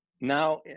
Now